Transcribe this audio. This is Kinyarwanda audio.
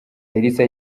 elsa